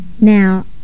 Now